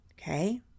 Okay